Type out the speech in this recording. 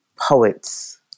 poets